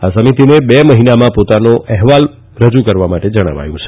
આ સમિતિને બે મહિનામાં પોતાનો અહેવાલ રજુ કરવા જણાવાયું છે